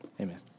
amen